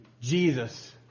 Jesus